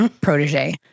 protege